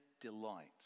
delight